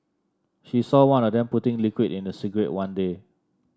she saw one of them putting liquid in a cigarette one day